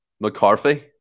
McCarthy